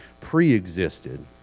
pre-existed